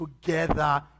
together